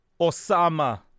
Osama